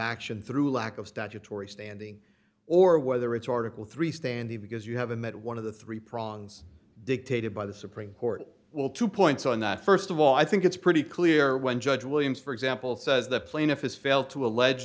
action through lack of statutory standing or whether it's article three standing because you haven't met one of the three prongs dictated by the supreme court will two points on that st of all i think it's pretty clear when judge williams for example says the plaintiff has failed to allege